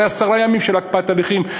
אחרי עשרה ימים של הקפאת הליכים,